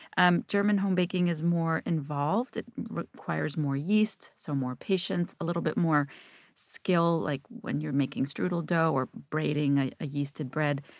um german home baking is more involved. it requires more yeast, so more patience, and a little bit more skill. like when you're making strudel dough or braiding ah a yeasted bread.